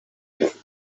kamichi